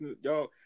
y'all